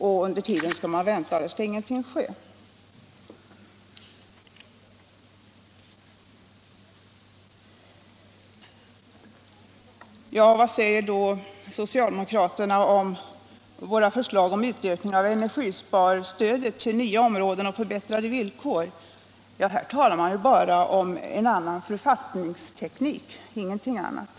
Och under tiden skall man vänta och då skall ingenting ske! Vad säger socialdemokraterna om våra förslag till utökning av energisparstödet till nya områden och förbättrade villkor? Här talar man bara om en annan författningsteknik, ingenting annat.